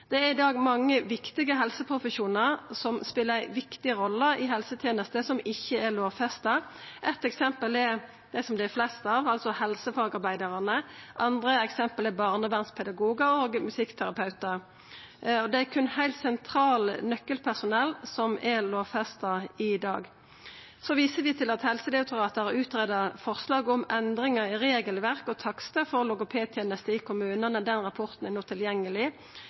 Det er i dag mange viktige helseprofesjonar som speler ei viktig rolle i helsetenesta, som ikkje er lovfesta. Eitt eksempel er dei som det er flest av, altså helsefagarbeidarane. Andre eksempel er barnevernspedagogar og musikkterapeutar. Det er berre heilt sentralt nøkkelpersonell som er lovfesta i dag. Så viser vi til at Helsedirektoratet har utarbeidd eit forslag om endringar i regelverk og takstar for logopedtenester i kommunane. Den rapporten er no tilgjengeleg.